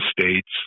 states